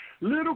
Little